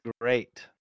great